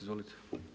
Izvolite.